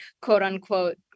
quote-unquote